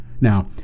Now